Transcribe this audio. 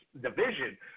division